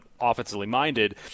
offensively-minded